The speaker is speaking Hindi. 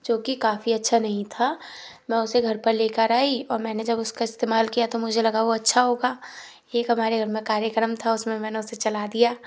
जो कि काफ़ी अच्छा नहीं था मैं उसे घर पर ले कर आई और मैंने जब उसका इस्तेमाल किया तो मुझे लगा वो अच्छा होगा एक हमारे घर मे कार्यक्रम था उसमें मैंने उसे चला दिया